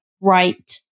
right